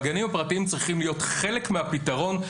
הגנים הפרטיים צריכים להיות חלק מהפתרון,